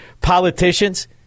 politicians